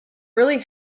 really